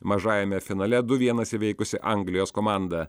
mažajame finale du vienas įveikusi anglijos komandą